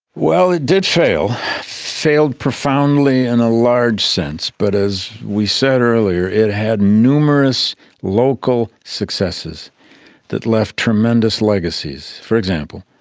well, it did fail, it failed profoundly in a large sense. but as we said earlier, it had numerous local successes that left tremendous legacies. for example,